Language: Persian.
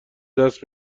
دست